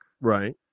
Right